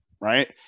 right